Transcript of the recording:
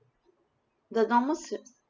the normal sa~